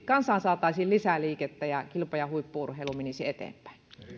kansaan saataisiin lisää liikettä ja kilpa ja huippu urheilu menisi eteenpäin